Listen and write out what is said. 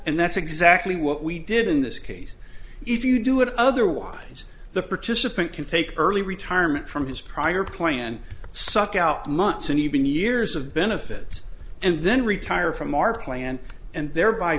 and that's exactly what we did in this case if you do it otherwise the participant can take early retirement from his prior plan suck out months and even years of benefits and then retire from our plan and thereby